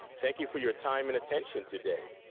thank you for your time and attention today.